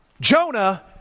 Jonah